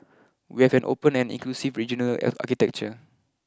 we have an open and inclusive regional architecture